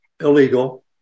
illegal